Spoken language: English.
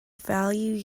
value